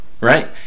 right